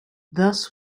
thus